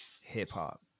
hip-hop